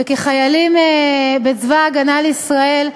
וכחיילים בצבא ההגנה לישראל,